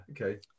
okay